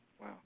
Wow